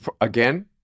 again